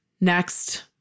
Next